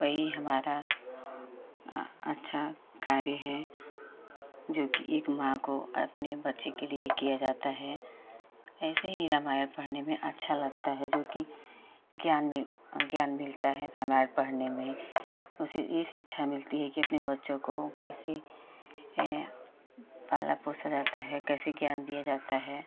वही हमारा अच्छा कार्य है जोकि एक माँ को अपने बच्चे के लिए किया जाता है ऐसे ही रामायण पढ़ने में अच्छा लगता है जोकि ज्ञान ज्ञान मिलता है रामायण पढ़ने में उससे यह शिक्षा मिलती है कि अपने बच्चों को कैसे पाला पोसा जाता है कैसे ज्ञान दिया जाता है